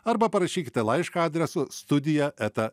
arba parašykite laišką adresu studija eta